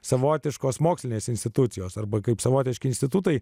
savotiškos mokslinės institucijos arba kaip savotiški institutai